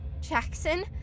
Jackson